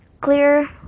clear